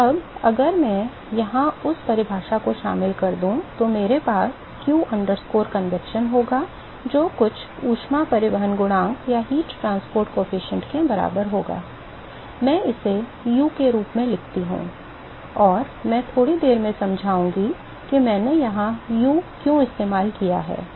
तो अब अगर मैं यहां उस परिभाषा को शामिल करता हूं तो मेरे पास q convection होगा जो कुछ ऊष्मा परिवहन गुणांक के बराबर होगा मैं इसे U के रूप में लिखता हूं और मैं थोड़ी देर में समझाऊंगा कि मैंने यहां U को क्यों इस्तेमाल किया है